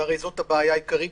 והרי זאת הבעיה העיקרית.